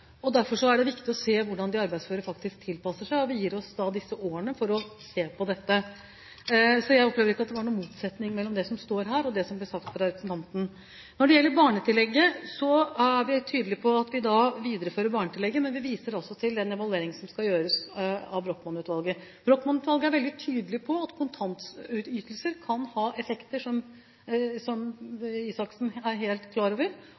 Derfor er det viktig å se hvordan de arbeidsføre faktisk tilpasser seg – det gir oss disse årene for å se på dette. Så jeg opplever ikke at det var noen motsetning mellom det som står her, og det som ble sagt av representanten. Når det gjelder barnetillegget, er vi tydelige på at vi viderefører barnetillegget, men viser også til den evalueringen vi skal gjøre av Brochmann-utvalgets innstilling. Brochmann-utvalget er veldig tydelig på at kontantytelser kan ha effekter som Røe Isaksen er helt klar over,